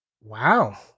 Wow